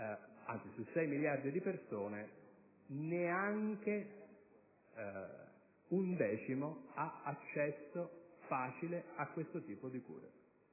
di sei miliardi di persone, neanche un decimo ha accesso facile a questo tipo di cure;